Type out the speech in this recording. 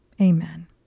Amen